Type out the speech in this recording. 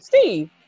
Steve